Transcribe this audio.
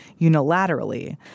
unilaterally